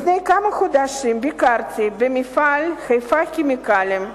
לפני כמה חודשים ביקרתי במפעל "חיפה כימיקלים"